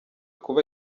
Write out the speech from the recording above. kuba